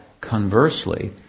conversely